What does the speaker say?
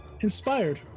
Inspired